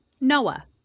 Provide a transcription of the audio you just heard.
Noah